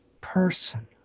person